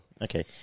Okay